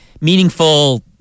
meaningful